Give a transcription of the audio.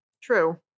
True